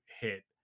hit